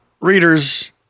readers